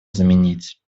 заменить